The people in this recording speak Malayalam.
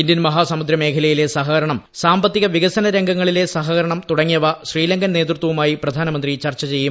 ഇന്ത്യൻ മഹാസമുദ്ര മേഖലയിലെ സഹകരണം സാമ്പ ത്തിക വികസനരംഗങ്ങളിലെ സഹകരണം തുടങ്ങിയവ ശ്രീലങ്കൻ നേതൃത്വവുമായി പ്രധാനമന്ത്രി ചർച്ച ചെയ്യും